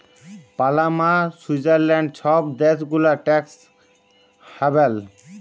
Panama, Switzerland ছব দ্যাশ গুলা ট্যাক্স হ্যাভেল